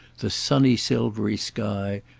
the sunny silvery sky,